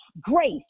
Grace